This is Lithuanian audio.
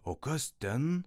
o kas ten